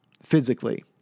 Physically